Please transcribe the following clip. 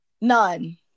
None